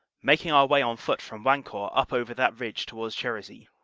making our way on foot from vancourt up over that ridge towards cherisy,